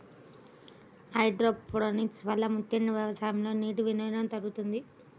hydroponics వలన ముఖ్యంగా వ్యవసాయంలో నీటి వినియోగం తగ్గుతుంది